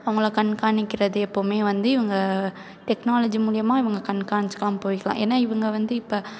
அவங்கள கண்காணிக்கிறது எப்பவும் வந்து இவங்க டெக்னாலஜி மூலிமா இவங்க கண்காணிச்சுக்கலாம் போய்க்கலாம் ஏன்னா இவங்க வந்து இப்போ